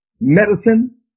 medicine